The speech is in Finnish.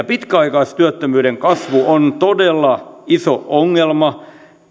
pitkäaikaistyöttömyyden kasvu on todella iso ongelma